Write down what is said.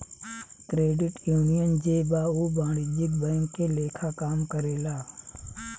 credit union जे बा उ वाणिज्यिक बैंक के लेखा काम करेला